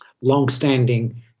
long-standing